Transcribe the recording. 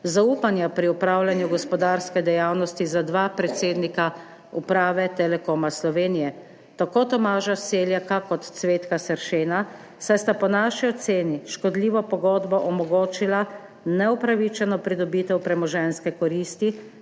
zaupanja pri opravljanju gospodarske dejavnosti za dva predsednika uprave Telekoma Slovenije, tako Tomaža Seljaka kot Cvetka Sršena, saj sta po naši oceni s škodljivo pogodbo omogočila neupravičeno pridobitev premoženjske koristi,